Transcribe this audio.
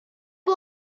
போல